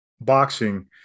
boxing